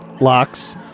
locks